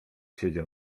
siedział